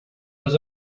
was